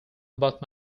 about